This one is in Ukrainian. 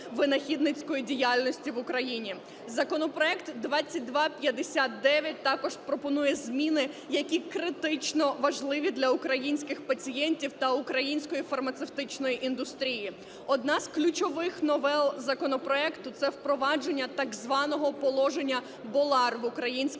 винахідницької діяльності в Україні. Законопроект 2259 також пропонує зміни, які критично важливі для українських пацієнтів та української фармацевтичної індустрії. Одна з ключових новел законопроекту – це впровадження так званого "положення Болар" в українське